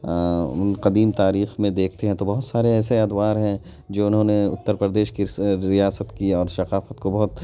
ان قدیم تاریخ میں دیکھتے ہیں تو بہت سارے ایسے ادوار ہیں جو انہوں نے اتّر پردیش کی ریاست کی اور ثقافت کو بہت